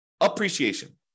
appreciation